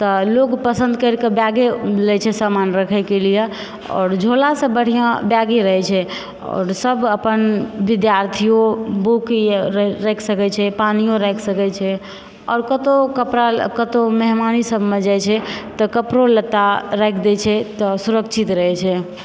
तऽ लोग पसन्द करि कऽ बैगे लए छै समान रखएके लिए आओर झोलासँ बढ़िआँ बैगे रहै छै आओर सब अपन विद्यार्थियो बुक रखि सकै छै पानियो रखि सकै छै आओर कतहुँ कपड़ा कतहुँ मेहमानी सबमे जाए छै तऽ कपड़ो लत्ता रखि दए छै तऽ सुरक्षित रहै छै